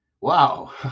Wow